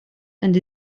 and